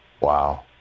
wow